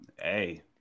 Hey